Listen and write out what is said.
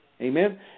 Amen